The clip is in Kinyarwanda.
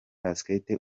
busquets